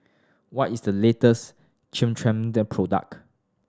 what is the latest product